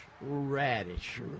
Radish